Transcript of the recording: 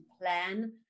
plan